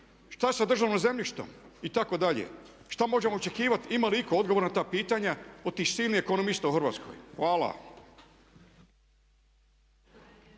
je sa državnim zemljištem itd.? Što možemo očekivati ima li itko odgovor na ta pitanja od tih silnih ekonomista u Hrvatskoj? Hvala.